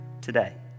today